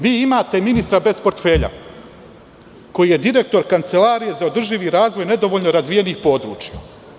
Vi imate ministra bez portfelja koji je direktor Kancelarije za održivi razvoj nedovoljno razvijenih područja.